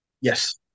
Yes